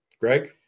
Greg